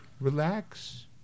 relax